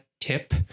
tip